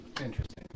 Interesting